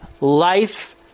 life